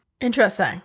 Interesting